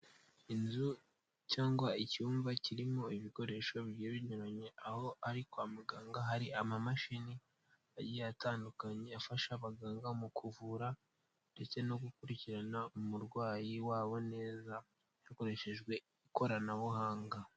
Inzu cyangwa icyumba kirimo ibikoresho bigiye binyuranye aho ari kwa muganga hari amamashini agiye atandukanye afasha abaganga mu kuvura ndetse no gukurikirana umurwayi wabo neza hakoreshejwe ikoranabuhanga.